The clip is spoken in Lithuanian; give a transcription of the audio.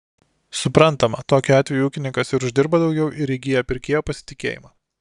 suprantama tokiu atveju ūkininkas ir uždirba daugiau ir įgyja pirkėjo pasitikėjimą